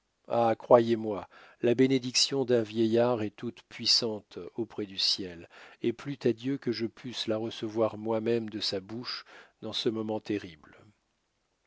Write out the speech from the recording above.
ah croyez-moi la bénédiction d'un vieillard est toute puissante auprès du ciel et plût à dieu que je pusse la recevoir moi-même de sa bouche dans ce moment terrible